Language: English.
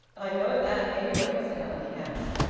i know that, anyway, said auntie hamps.